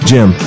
Jim